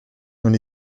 non